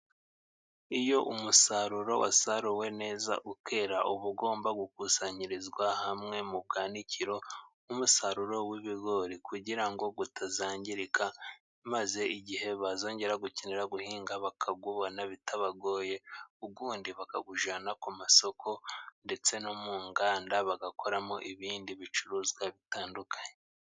Iyo umusaruro wasaruwe neza ukera, uba ugomba gukusanyirizwa hamwe mu bwanikiro, nk'umusaruro w'ibigori. Kugira ngo utazangirika, maze igihe bazongera gukenera guhinga bakawubona bitabagoye, undi bakawujyana ku masoko, ndetse no mu nganda bagakoramo ibindi bicuruzwa bitandukanye.